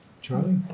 Charlie